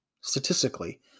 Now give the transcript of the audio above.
statistically